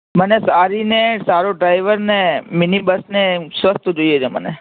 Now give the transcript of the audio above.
મને સારી અને સારો ડ્રાઈવર અને મિનિ બસ અને સસ્તું જોઈએ છે મને